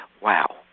Wow